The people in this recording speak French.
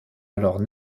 alors